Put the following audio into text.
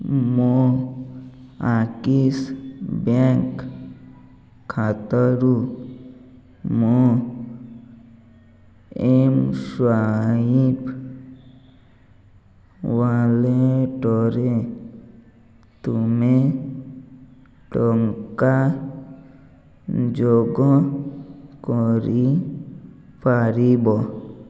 ମୋ Axis bank ଖାତାରୁ ମୋ ଏମ୍ ସ୍ୱାଇପ୍ ୱାଲେଟ୍ରେ ତୁମେ ଟଙ୍କା ଯୋଗ କରିପାରିବ